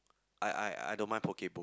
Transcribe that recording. I I I don't mind poke bowl